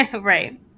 right